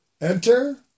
enter